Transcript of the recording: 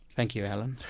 thank you, alan.